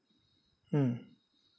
mm